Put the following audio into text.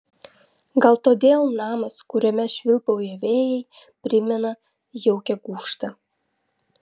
gal todėl namas kuriame švilpauja vėjai primena jaukią gūžtą